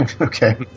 Okay